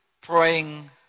Praying